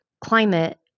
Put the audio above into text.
climate